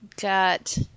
got